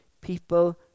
People